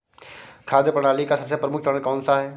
खाद्य प्रणाली का सबसे प्रमुख चरण कौन सा है?